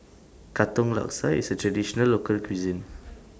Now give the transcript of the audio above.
Katong Laksa IS A Traditional Local Cuisine